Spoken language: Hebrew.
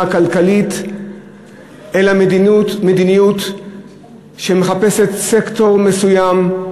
כלכלית אלא מדיניות שמחפשת סקטור מסוים,